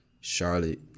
Charlotte